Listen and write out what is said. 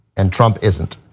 and trump isn't,